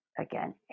again